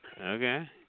Okay